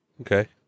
Okay